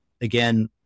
again